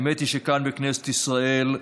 האמת היא שכאן, בכנסת ישראל,